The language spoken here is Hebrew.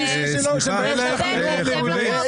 יקבל בהתאם לחוק.